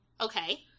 Okay